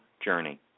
journey